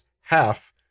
half